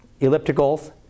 ellipticals